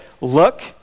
Look